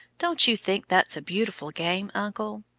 don't you think that's a beautiful game, uncle?